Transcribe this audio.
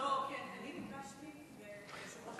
לא, כי אני ביקשתי והיושב-ראש נענה לבקשתי.